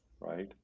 right